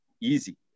easy